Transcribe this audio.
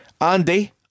Andy